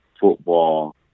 football